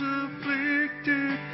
afflicted